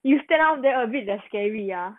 you stand out there a bit that scary ah